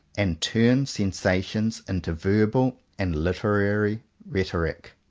and turn sensations into verbal and literary rhetoric.